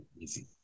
easy